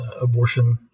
abortion